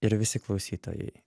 ir visi klausytojai